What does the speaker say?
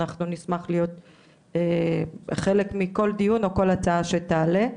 אנחנו נשמח להיות חלק מכל דיון או כל הצעה שתעלה.